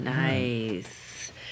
Nice